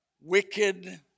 wicked